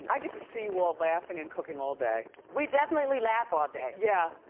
i can just see you all laughing and cooking all day. we definitely laugh all day. yeah.